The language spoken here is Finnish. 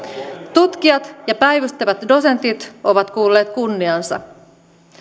tutkijat ja päivystävät dosentit ovat kuulleet kunniansa